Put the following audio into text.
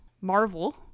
Marvel